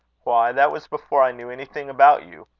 why, that was before i knew anything about you.